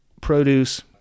produce